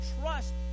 trust